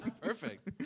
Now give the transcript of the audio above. Perfect